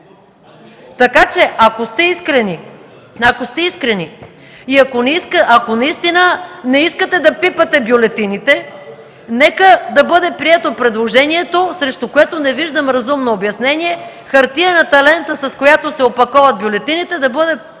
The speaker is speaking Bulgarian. Така че ако сте искрени и ако не искате да пипате наистина бюлетините, нека да бъде прието предложението, срещу което не виждам разумно обяснение – хартиената лента, с която се опаковат бюлетините, да бъде